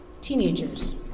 Teenagers